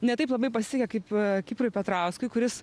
ne taip labai pasikė kaip kiprui petrauskui kuris